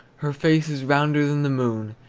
her face is rounder than the moon,